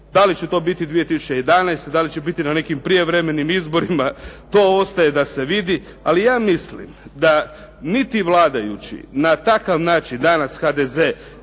Da li će to biti 2011., da li će biti na nekim prijevremenim izborima to ostaje da se vidi ali ja mislim da niti vladajući na takav način danas HDZ